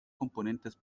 componentes